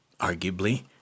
Arguably